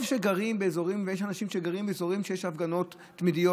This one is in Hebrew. תחשבו שיש אנשים שגרים באזורים שיש בהם הפגנות תמידיות,